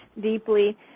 deeply